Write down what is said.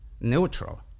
neutral